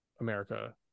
America